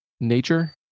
nature